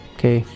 Okay